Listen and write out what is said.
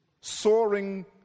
soaring